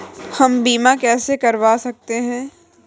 हम बीमा कैसे करवा सकते हैं?